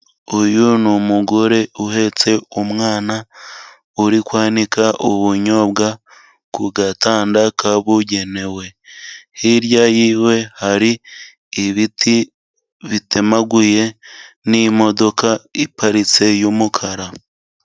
Uyu ni umugore uhetse umwana, uri kwanika ubunyobwa ku gatanda kabugenewe. Hirya y'iwe hari ibiti bitemaguye n'imodoka iparitse y'umukara.